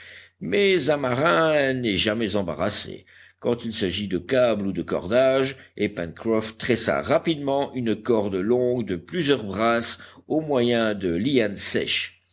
mais un marin n'est jamais embarrassé quand il s'agit de câbles ou de cordages et pencroff tressa rapidement une corde longue de plusieurs brasses au moyen de lianes sèches